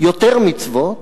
יותר מצוות,